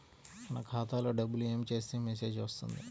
మన ఖాతాలో డబ్బులు ఏమి చేస్తే మెసేజ్ వస్తుంది?